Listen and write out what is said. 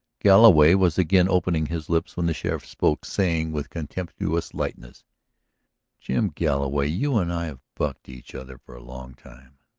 galloway was again opening his lips when the sheriff spoke, saying with contemptuous lightness jim galloway, you and i have bucked each other for a long time.